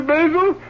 Basil